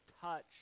touch